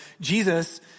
Jesus